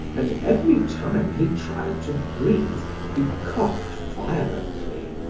and every time he tried to breathe he coughed violently.